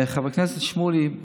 חבר הכנסת שמולי,